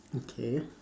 okay